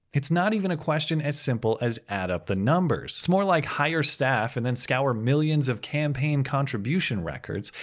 it's not even a question as simple, as add up the numbers. it's more like hire staff, and then scour millions of campaign contribution records,